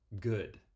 good